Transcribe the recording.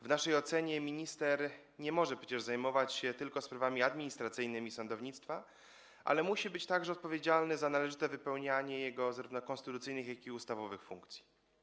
W naszej ocenie minister nie może przecież zajmować się tylko sprawami administracyjnymi sądownictwa, ale musi być także odpowiedzialny za należyte wypełnianie jego zarówno konstytucyjnych, jak i ustawowych funkcji.